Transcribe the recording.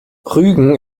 rügen